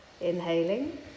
Inhaling